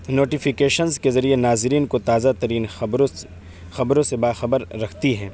notifications کے ذریعے ناظرین کو تازہ ترین خبروں خبروں سے باخبر رختی ہے